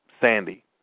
Sandy